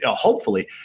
ah hopefully,